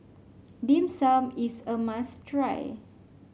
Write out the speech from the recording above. Dim Sum is a must try